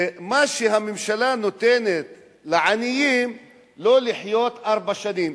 מה שהממשלה נותנת לעניים זה לא לחיות ארבע שנים.